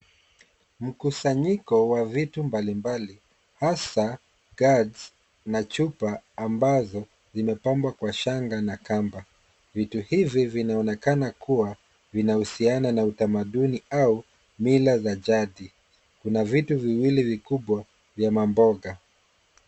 Mkusanyiko wa vitu mbali mbali has gourds na chupa ambazo zimepambwa kwa shanga na kamba vitu hivi vinaonekana kuwa vina husiana na utamaduni au mila za jadi. Kuna vitu viwili vikubwa vya maboga.